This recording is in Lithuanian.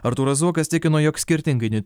artūras zuokas tikino jog skirtingai nei